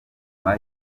nyuma